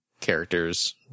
characters